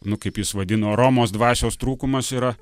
nu kaip jis vadino romos dvasios trūkumas yra